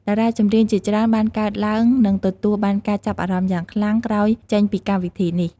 តារាចម្រៀងជាច្រើនបានកើតឡើងនិងទទួលបានការចាប់អារម្មណ៍យ៉ាងខ្លាំងក្រោយចេញពីកម្មវិធីនេះ។